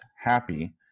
happy